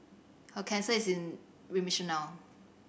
her cancer is in remission now